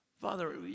Father